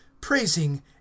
praising